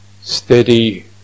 steady